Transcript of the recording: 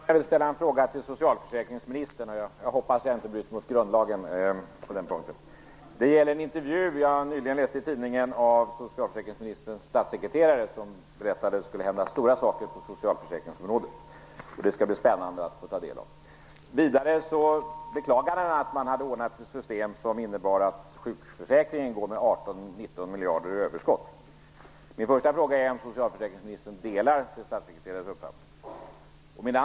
Fru talman! Jag vill ställa en fråga till socialförsäkringsministern. Jag hoppas att jag inte bryter mot grundlagen på den punkten. Det gäller en intervju, med socialförsäkringsministerns statssekreterare, som jag nyligen läste i tidningen. Han berättade att det skulle hända stora saker på socialförsäkringsområdet. Det skall bli spännande att få ta del av detta. Vidare beklagade han att man hade ordnat ett system som innebär att sjukförsäkringen går med 18-19 miljarder i överskott. Min första fråga är om socialförsäkringsministern delar sin statssekreterares uppfattning.